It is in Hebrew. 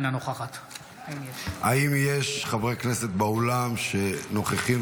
אינה נוכחת האם יש חברי כנסת באולם שנוכחים,